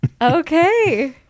Okay